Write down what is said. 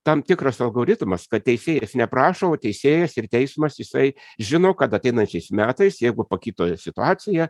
tam tikras algoritmas kad teisėjas neprašo o teisėjas ir teismas jisai žino kad ateinančiais metais jeigu pakito situacija